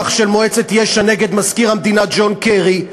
של מועצת יש"ע נגד מזכיר המדינה ג'ון קרי,